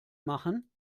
machen